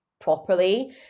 properly